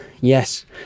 yes